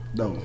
no